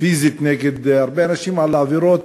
פיזית נגד הרבה אנשים על עבירות,